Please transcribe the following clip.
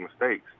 mistakes